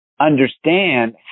understand